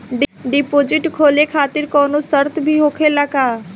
Deposit खोले खातिर कौनो शर्त भी होखेला का?